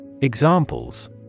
Examples